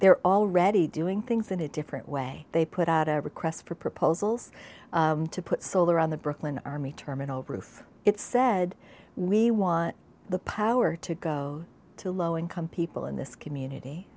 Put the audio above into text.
they're already doing things in a different way they put out a request for proposals to put solar on the brooklyn army terminal roof it said we want the power to go to low income people in this community